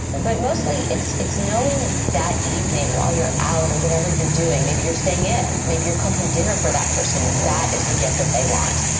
but mostly it's it's knowing that evening while you're out or whatever you're doing, maybe you're staying in. maybe you're cooking dinner for that person and that is the gift that they want.